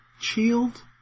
shield